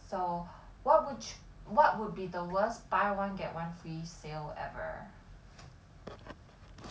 so what would what would be the worst buy one get one free sale ever